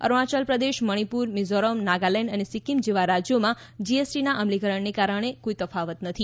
અરૂણાયલ પ્રદેશ મણિપુર મિઝોરમ નાગાલેન્ડ અને સિક્કિમ જેવાં રાજ્યોમાં જીએસટીના અમલીકરણને કારણે આવકમાં કોઈ તફાવત નથી